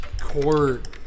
court